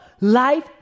life